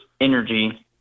energy